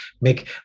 make